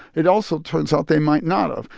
it also turns out they might not have.